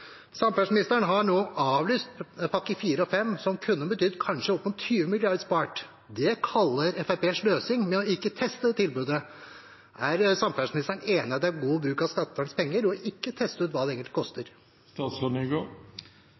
Samferdselsministeren har nå avlyst pakke fire og fem, som kanskje kunne betydd opp mot 20 mrd. kr spart. Fremskrittspartiet kaller det sløsing å ikke teste det tilbudet. Er samferdselsministeren enig i at det er god bruk av skattebetalernes penger å ikke teste ut hva det egentlig